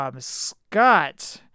scott